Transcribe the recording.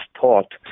thought